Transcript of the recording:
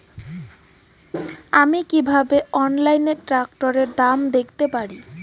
আমি কিভাবে অনলাইনে ট্রাক্টরের দাম দেখতে পারি?